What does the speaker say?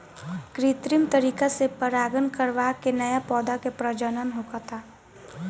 कृत्रिम तरीका से परागण करवा के न्या पौधा के प्रजनन होखता